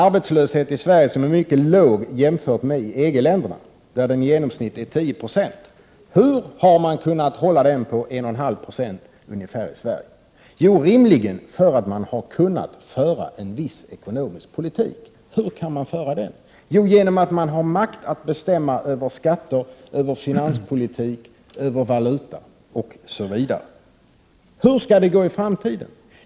Arbetslösheten i Sverige är mycket låg jämfört med den i EG-länderna, där den i genomsnitt är 10 26. Hur har man kunnat hålla arbetslösheten på ungefär 1,5 90 i Sverige? Jo, rimligen för att man har kunnat föra en viss ekonomisk politik. Hur kan man föra den? Jo, genom att man har makt att bestämma över skatter, finanspolitik, valuta osv. Hur skall det gå i framtiden?